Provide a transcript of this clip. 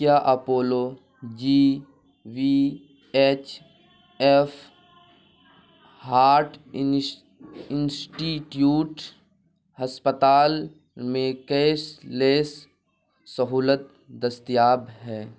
کیا Apollo G V H F Heart Institute ہسپتال میں کیش لیس سہولت دستیاب ہے